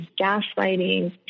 gaslighting